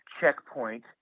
checkpoint